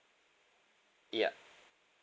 ya